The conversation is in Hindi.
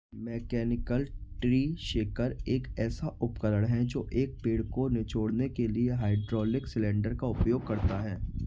मैकेनिकल ट्री शेकर एक ऐसा उपकरण है जो एक पेड़ को निचोड़ने के लिए हाइड्रोलिक सिलेंडर का उपयोग करता है